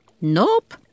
Nope